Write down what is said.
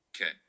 okay